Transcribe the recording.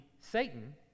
Satan